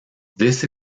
this